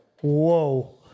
whoa